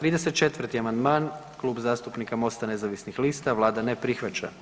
34. amandman Klub zastupnika Mosta nezavisnih lista Vlada ne prihvaća.